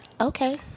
Okay